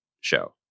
show